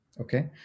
Okay